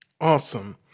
Awesome